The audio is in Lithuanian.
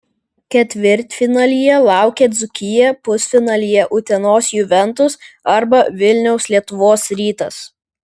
ketvirtfinalyje laukia dzūkija pusfinalyje utenos juventus arba vilniaus lietuvos rytas